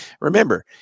Remember